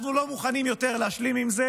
אנחנו לא מוכנים יותר להשלים עם זה